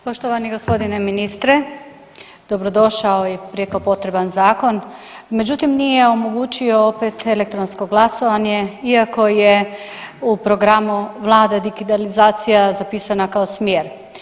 Poštovani gospodine ministre dobrodošao je prijeko potreban zakon, međutim nije omogućio opet elektronsko glasovanje iako je u programu Vlade digitalizacija zapisana kao smjer.